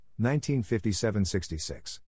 1957-66